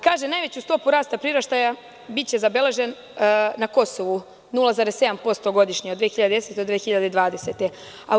Kaže – najveća stopa rasta priraštaja biće zabeležena na Kosovu 0,7% godišnje, od 2010-2020. godine.